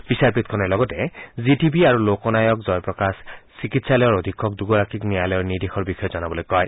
বিচাৰপীঠখনে লগতে G T B আৰু লোক নায়ক জয়প্ৰকাশ চিকিৎসালয়ৰ অধীক্ষক দুগৰাকীক ন্যায়ালয়ৰ নিৰ্দেশৰ বিষয়ে জনাবলৈ কয়